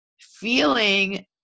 feeling